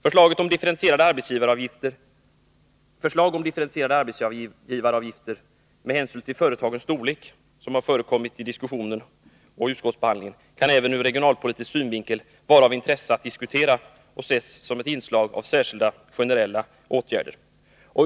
Förslaget om differentierade arbetsgivaravgifter med hänsyn till företagens storlek, som har varit föremål för debatt både i den allmänna diskussionen och i utskottet, kan vara av intresse att diskutera även ur regionalpolitisk synvinkel. En sådan differentiering bör ses som ett inslag av särskilda generella åtgärder.